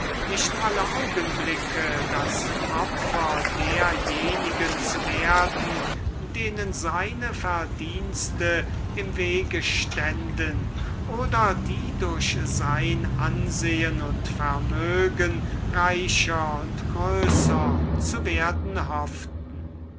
nicht morgen das opfer derjenigen sein werde denen seine verdienste im wege stehen oder die durch sein ansehen und vermögen reicher und größer zu werden hoffeten